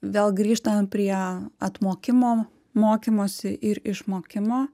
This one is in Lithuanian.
vėl grįžtam prie apmokymo mokymosi ir išmokimo